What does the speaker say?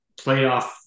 playoff